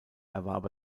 erwarb